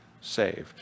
saved